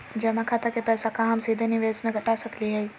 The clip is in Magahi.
जमा खाता के पैसा का हम सीधे निवेस में कटा सकली हई?